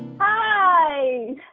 Hi